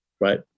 Right